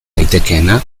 daitekeena